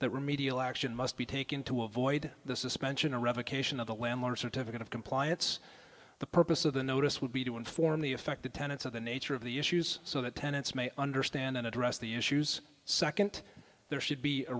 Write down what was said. that remedial action must be taken to avoid the suspension or revocation of the landlord's certificate of compliance the purpose of the notice would be to inform the affected tenets of the nature of the issues so that tenants may understand and address the issues second there should be a